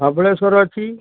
ଧବଳେଶ୍ୱର ଅଛି